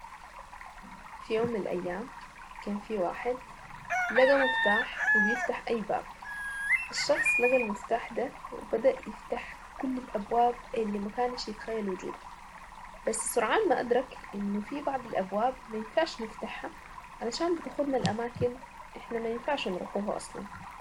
في يوم من الايام كان في واحد لقى مفتاح بيفتح اي باب الشخص اللي لقى المفتاح بدأ يفتح كل الابواب اللي ما كانش يتخيل وجودها بس سرعان ما ادرك انه في بعض الابواب مينفعش نفتحها علشان بتاخدنا الاماكن احنا ما ينفعش نروحوها اصلا.